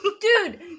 Dude